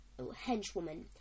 henchwoman